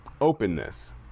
Openness